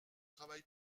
travail